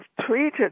treated